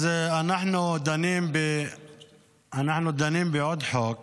אנחנו דנים בעוד חוק